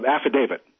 affidavit